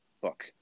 book